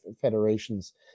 Federation's